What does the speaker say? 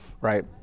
right